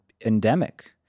endemic